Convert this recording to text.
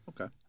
Okay